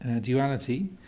duality